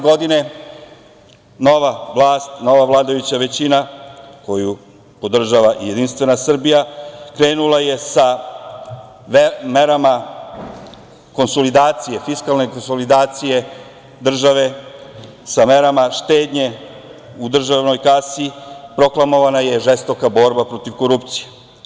Godine 2012. nova vlast, nova vladajuća većina koju podržava JS, krenula je sa merama konsolidacije, fiskalne konsolidacije države, sa merama štednje u državnoj kasi i proklamovana je žestoka borba protiv korupcije.